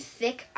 thick